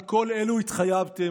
על כל אלו התחייבתם.